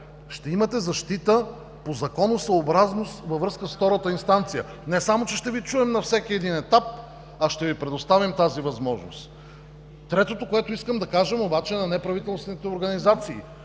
ще имате защита по законосъобразност във връзка с втората инстанция. Не само че ще Ви чуем на всеки един етап, а ще Ви предоставим тази възможност. Третото, което искаме да кажем обаче, е на неправителствените организации: